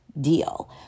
deal